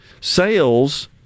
sales